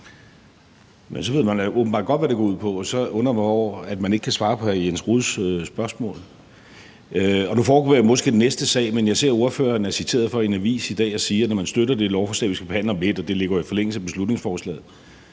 man åbenbart godt, hvad det går ud på, men så undrer jeg mig over, at man ikke kan svare på hr. Jens Rohdes spørgsmål. Nu foregriber jeg måske den næste sag, men jeg ser, at ordføreren er citeret for i en avis i dag at sige, at når man støtter det lovforslag, vi skal behandle om lidt – og det ligger jo i forlængelse af beslutningsforslaget